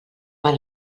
per